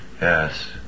yes